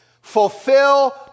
Fulfill